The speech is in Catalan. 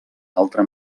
altre